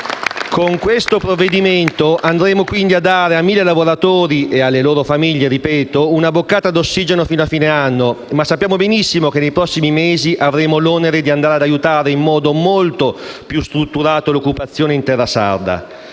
Con il provvedimento in esame andremo a dare ai 1.000 lavoratori (con le loro famiglie) una boccata d'ossigeno fino a fine anno, ma sappiamo benissimo che nei prossimi mesi avremo l'onere di andare ad aiutare in modo molto più strutturato l'occupazione in terra sarda.